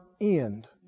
end